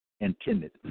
intended